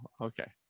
okay